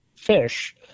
fish